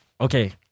Okay